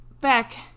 Back